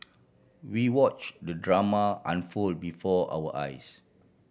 we watch the drama unfold before our eyes